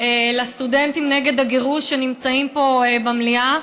לסטודנטים נגד הגירוש שנמצאים פה במליאה.